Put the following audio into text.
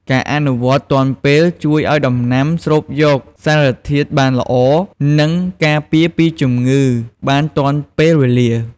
ការអនុវត្តទាន់ពេលជួយឱ្យដំណាំស្រូបយកសារធាតុបានល្អ និងការពារពីជំងឺបានទាន់ពេលវេលា។